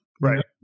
Right